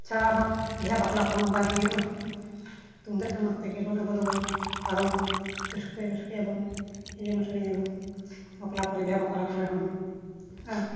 ᱪᱷᱟᱲᱟ ᱟᱵᱚᱣᱟᱜ ᱵᱤᱦᱟ ᱵᱟᱯᱞᱟ ᱠᱚᱦᱚᱸ ᱵᱟᱭ ᱦᱩᱭᱩᱜᱼᱟ ᱛᱩᱢᱫᱟᱜ ᱴᱟᱢᱟᱠ ᱛᱮᱜᱮ ᱵᱚᱱ ᱟᱵᱚᱫᱚᱵᱚᱱ ᱯᱟᱨᱚᱢᱟ ᱨᱟᱹᱥᱠᱟᱹ ᱨᱟᱹᱥᱠᱟᱹᱭᱟᱵᱚᱱ ᱮᱱᱮᱡᱟᱵᱚᱱ ᱥᱮᱨᱮᱧᱟᱵᱚᱱ ᱵᱟᱯᱞᱟ ᱠᱚᱨᱮ ᱵᱤᱦᱟ ᱵᱟᱯᱞᱟ ᱠᱚᱨᱮ ᱦᱚᱸ ᱟᱨ